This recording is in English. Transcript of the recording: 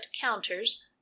counters